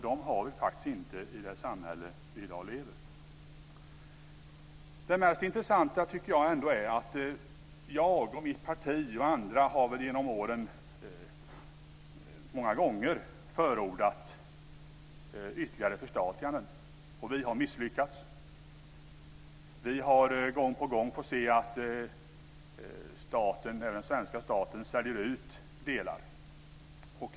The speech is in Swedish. De har vi faktiskt inte i det samhälle som vi i dag lever i. Det mest intressanta tycker jag ändå är att jag och mitt parti och andra genom åren många gånger har förordat ytterligare förstatliganden, och vi har misslyckats. Vi har gång på gång fått se att den svenska staten säljer ut delar.